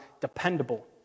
dependable